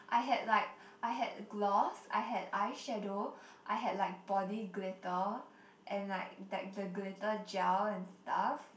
I had like I had gloss I had eye shadow I had like body glitter and like that the glitter gel and stuff